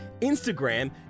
Instagram